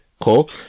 cool